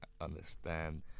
understand